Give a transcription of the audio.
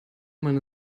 man